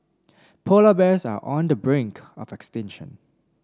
polar bears are on the brink of extinction